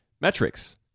metrics